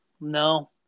no